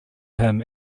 him